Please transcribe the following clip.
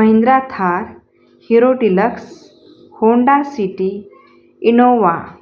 Mahindra Thar Hero Deluxe Honda City Innova